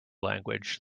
language